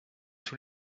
tous